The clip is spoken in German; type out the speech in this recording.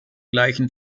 gleichen